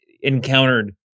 encountered